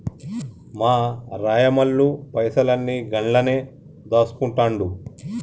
మా రాయమల్లు పైసలన్ని గండ్లనే దాస్కుంటండు